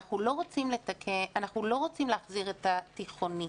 אנחנו לא רוצים להחזיר את התיכונים.